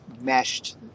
meshed